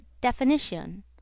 definition